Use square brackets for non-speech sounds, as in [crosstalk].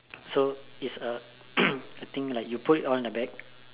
so it's a [coughs] I think like you put it on a bag